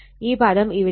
ഈ പദം ഇവിടെ ഉണ്ടാവില്ല